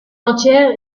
entière